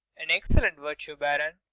an excellent virtue, baron,